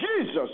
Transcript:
Jesus